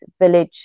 village